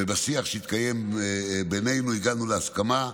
ובשיח שהתקיים בינינו הגענו להסכמה,